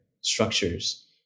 structures